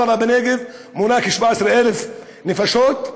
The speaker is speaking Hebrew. עראבה בנגב מונה כ-17,000 נפשות,